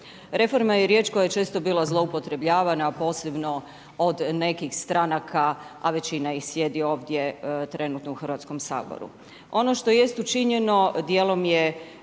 Reforma je riječ koja je često bila zloupotrebljavana, a posebno od nekih stranaka, a većina ih sjedi ovdje trenutno u Hrvatskom saboru. Ono što jest učinjeno, dijelom je